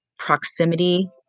proximity